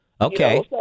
Okay